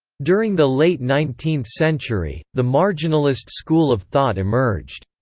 during the late nineteenth century, the marginalist school of thought emerged.